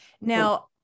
Now